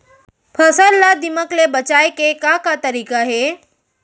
फसल ला दीमक ले बचाये के का का तरीका हे?